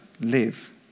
live